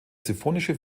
sinfonische